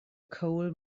coal